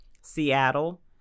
Seattle